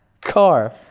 Car